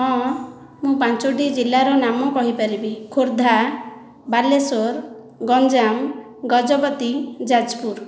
ହଁ ମୁଁ ପାଞ୍ଚଗୋଟି ଜିଲ୍ଲାର ନାମ କହିପାରିବି ଖୋର୍ଦ୍ଧା ବାଲେଶ୍ୱର ଗଞ୍ଜାମ ଗଜପତି ଯାଜପୁର